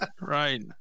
right